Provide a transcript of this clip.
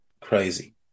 Crazy